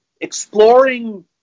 exploring